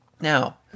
Now